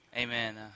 Amen